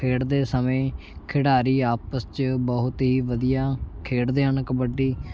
ਖੇਡਦੇ ਸਮੇਂ ਖਿਡਾਰੀ ਆਪਸ 'ਚ ਬਹੁਤ ਹੀ ਵਧੀਆ ਖੇਡਦੇ ਹਨ ਕਬੱਡੀ